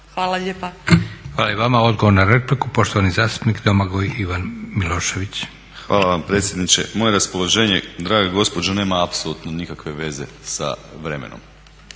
Hvala i vama. Odgovor na repliku, poštovani zastupnik Domagoj Ivan Milošević. **Milošević, Domagoj Ivan (HDZ)** Hvala vam predsjedniče. Moje raspoloženje draga gospođo nema apsolutno nikakve veze sa vremenom.